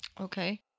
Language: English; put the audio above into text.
Okay